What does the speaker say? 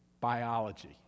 biology